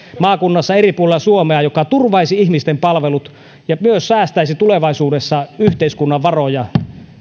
maakunnassa eri puolilla suomea joka turvaisi ihmisten palvelut ja myös säästäisi tulevaisuudessa yhteiskunnan varoja